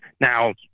Now